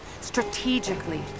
strategically